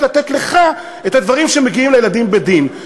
לתת לך את הדברים שמגיעים לילדים בדין.